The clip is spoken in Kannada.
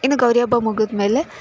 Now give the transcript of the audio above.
ಇನ್ನೂ ಗೌರಿ ಹಬ್ಬ ಮುಗಿದ್ಮೇಲೆ